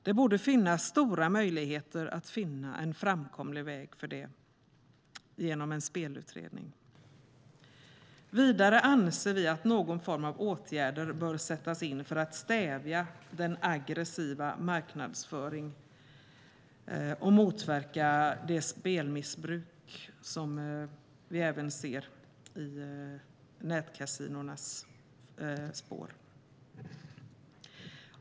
Det borde finnas stora möjligheter att finna en framkomlig väg för det genom en spelutredning. Vidare anser vi att någon form av åtgärder bör sättas in för att stävja den aggressiva marknadsföringen och motverka det spelmissbruk som vi ser i nätkasinonas spår.